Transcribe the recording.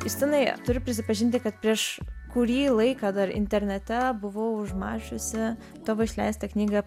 justinai turiu prisipažinti kad prieš kurį laiką dar internete buvau užmačiusi tavo išleistą knygą